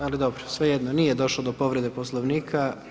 Ali dobro, svejedno, nije došlo do povrede Poslovnika.